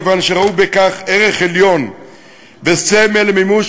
כיוון שראו בכך ערך עליון וסמל למימוש